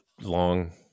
long